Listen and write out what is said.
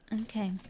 Okay